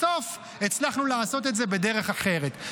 בסוף הצלחנו לעשות את זה בדרך אחרת,